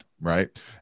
right